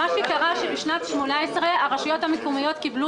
מה שקרה שבשנת 2018 הרשויות המקומיות קיבלו